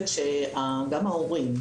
שגם ההורים,